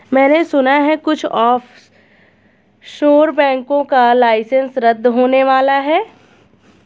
मैने सुना है कुछ ऑफशोर बैंकों का लाइसेंस रद्द होने वाला है